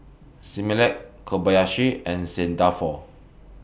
Similac Kobayashi and Saint Dalfour